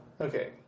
Okay